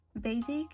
Basic